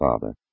Father